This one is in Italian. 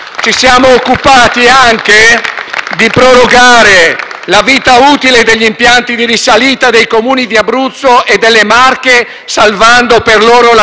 di prorogare la vita utile degli impianti di risalita dei Comuni di Abruzzo e Marche, salvando per loro la stagione sciistica. È